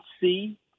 see